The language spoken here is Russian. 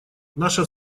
наша